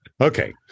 Okay